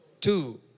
two